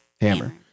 hammer